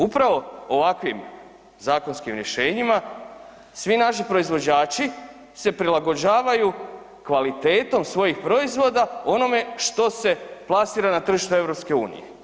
Upravo ovakvim zakonskim rješenjima svi naši proizvođači se prilagođavaju kvalitetom svojih proizvoda onome što se plasira na tržište EU.